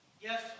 Yes